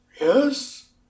Yes